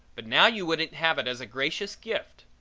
but now you wouldn't have it as a gracious gift.